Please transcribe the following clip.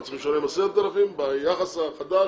אנחנו צריכים לשלם 10,000. ביחס החדש,